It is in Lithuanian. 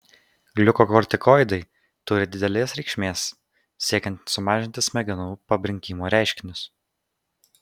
gliukokortikoidai turi didelės reikšmės siekiant sumažinti smegenų pabrinkimo reiškinius